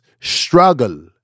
Struggle